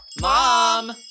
Mom